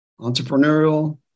entrepreneurial